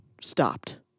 stopped